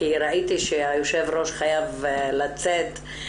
כי ראיתי שהיו"ר חייב לצאת,